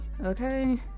Okay